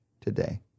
today